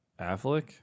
Affleck